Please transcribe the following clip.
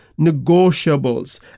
negotiables